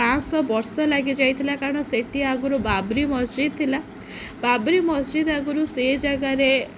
ପାଞ୍ଚଶହ ବର୍ଷ ଲାଗିଯାଇଥିଲା କାରଣ ସେଠି ଆଗରୁ ବାବରି ମସଜିଦ ଥିଲା ବାବରି ମସଜିଦ ଆଗରୁ ସେ ଜାଗାରେ